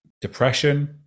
depression